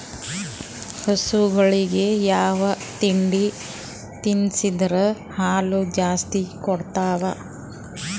ಹಸುಗಳಿಗೆ ಯಾವ ಹಿಂಡಿ ತಿನ್ಸಿದರ ಹಾಲು ಜಾಸ್ತಿ ಕೊಡತಾವಾ?